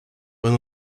one